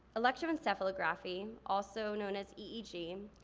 electroencephalography, also known as eeg,